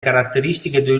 caratteristiche